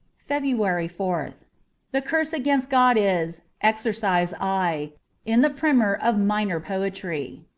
february fourth the curse against god is exercise i in the primer of minor poetry.